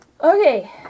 Okay